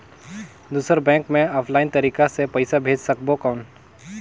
दुसर बैंक मे ऑफलाइन तरीका से पइसा भेज सकबो कौन?